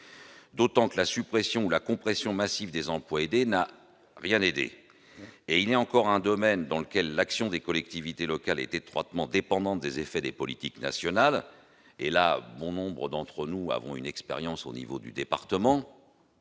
d'autant que la suppression ou la compression massive des emplois aidés n'a rien aider et il est encore un domaine dans lequel l'action des collectivités locales est étroitement dépendante des effets des politiques nationales et là bon nombre d'entre nous avons une expérience au niveau du département,